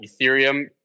Ethereum